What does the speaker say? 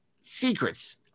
secrets